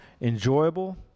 enjoyable